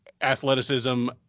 athleticism